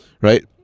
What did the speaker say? right